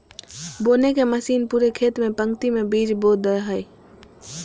बोने के मशीन पूरे खेत में पंक्ति में बीज बो दे हइ